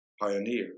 pioneer